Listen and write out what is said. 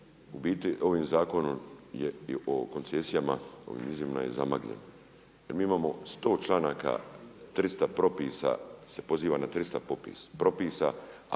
u biti ovim Zakonom o koncesijama, ovim izmjenama je zamagljen. I mi imamo 100 članaka, 300 propisa, se poziva na 300 propisa,